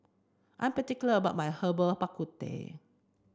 I'm particular about my Herbal Bak Ku Teh